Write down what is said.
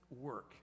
work